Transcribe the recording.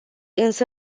însă